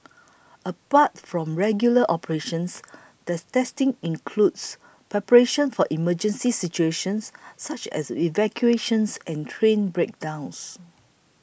apart from regular operations the testing includes preparation for emergency situations such as evacuations and train breakdowns